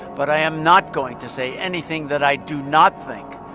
but i am not going to say anything that i do not think.